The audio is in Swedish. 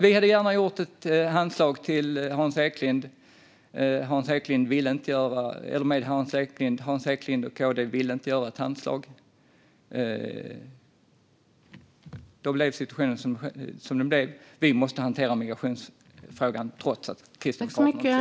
Vi hade gärna gjort ett handslag med Hans Eklind och Kristdemokraterna, men det vill de inte. Då blev situationen som den blev. Vi måste hantera migrationsfrågan trots att Kristdemokraterna inte ville detta.